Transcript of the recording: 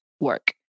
work